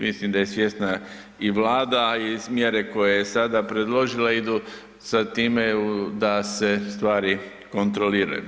Mislim da je svjesna i Vlada i mjere koje je sada predložila idu za time da se stvari kontroliraju.